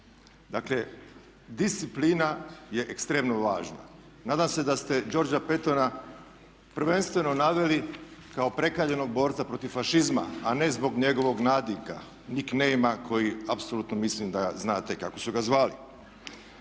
Dakle, disciplina je ekstremno važna. Nadam se da ste Georga Petona prvenstveno naveli kao prekaljenog borca protiv fažizma, a ne zbog njegovog nadimka, nik namea koji apsolutno mislim da znate kako su ga zvali.